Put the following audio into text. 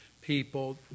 people